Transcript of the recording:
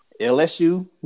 LSU